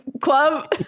club